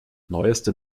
neueste